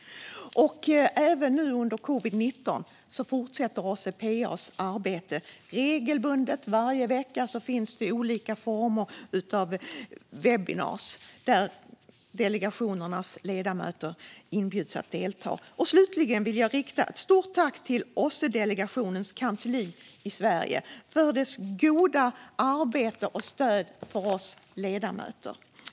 Även nu under covid-19-pandemin fortsätter OSSE-PA:s arbete. Regelbundet, varje vecka, hålls olika former av webinars, där delegationernas ledamöter inbjuds att delta. Slutligen vill jag rikta ett stort tack till OSSE-delegationens kansli i Sverige för dess goda arbete och stöd till oss ledamöter.